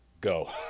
go